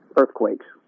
earthquakes